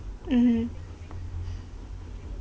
mmhmm